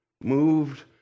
moved